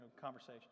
conversation